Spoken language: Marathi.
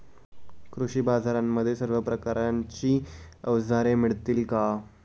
कृषी बाजारांमध्ये सर्व प्रकारची अवजारे मिळतील का?